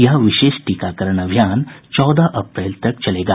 यह विशेष टीकाकरण अभियान चौदह अप्रैल तक चलेगा